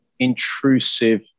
Intrusive